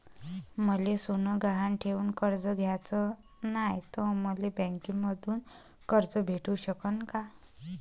मले सोनं गहान ठेवून कर्ज घ्याचं नाय, त मले बँकेमधून कर्ज भेटू शकन का?